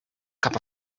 cup